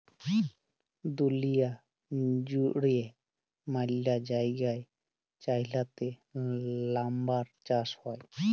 দুঁলিয়া জুইড়ে ম্যালা জায়গায় চাইলাতে লাম্বার চাষ হ্যয়